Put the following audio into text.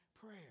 prayer